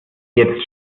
jetzt